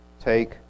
take